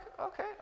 okay